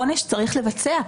עונש צריך לבצע.